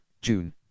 June